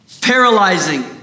paralyzing